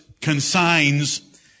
consigns